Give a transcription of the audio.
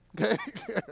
Okay